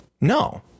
No